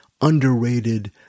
underrated